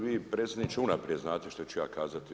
Vi predsjedniče unaprijed znate šta ću ja kazati.